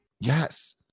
Yes